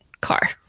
car